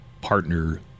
partner